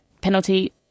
penalty